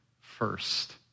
first